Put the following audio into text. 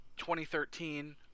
2013